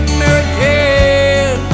American